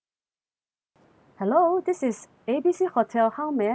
hello this is A B C hotel how may I help you